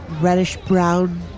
reddish-brown